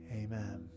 amen